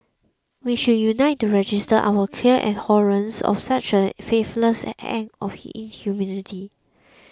we should unite to register our clear abhorrence of such a faithless act of inhumanity